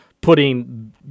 putting